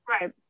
right